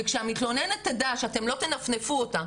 וכשהמתלוננת תדע שאתם לא תנפנפו אותה,